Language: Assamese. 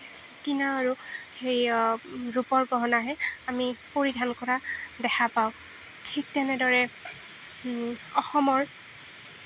কিনা আৰু হেৰি ৰূপৰ গহনাহে আমি পৰিধান কৰা দেখা পাওঁ ঠিক তেনেদৰে অসমৰ